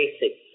basic